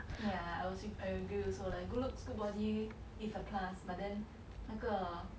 yeah I would say I agree also like good looks good body is a plus but then 那个